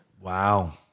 Wow